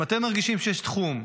אם אתם מרגישים שיש תחום,